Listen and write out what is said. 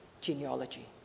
genealogy